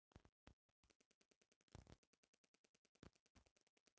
ढेर बरखा से भी फसल खराब हो जाले